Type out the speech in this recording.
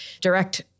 direct